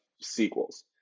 sequels